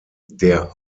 der